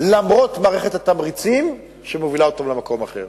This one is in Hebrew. למרות מערכת התמריצים שמובילה אותם למקום אחר.